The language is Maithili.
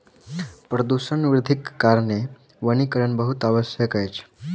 प्रदूषण वृद्धिक कारणेँ वनीकरण बहुत आवश्यक अछि